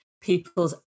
people's